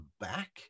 back